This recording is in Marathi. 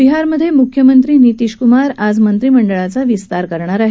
बिहारमधे म्ख्यमंत्री नीतिशक्मार आज मंत्रिमंडळाचा विस्तार करणार आहेत